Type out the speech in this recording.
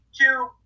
two